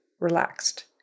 relaxed